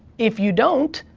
if you don't,